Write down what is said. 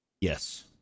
Yes